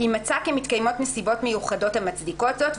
אם מצא כי מתקיימות נסיבות מיוחדות המצדיקות זאת,